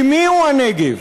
כי מיהו הנגב?